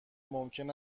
ممکن